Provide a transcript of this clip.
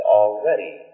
already